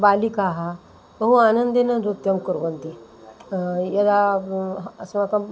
बालिकाः बहु आनन्देन नृत्यं कुर्वन्ति यदा अस्माकं